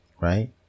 Right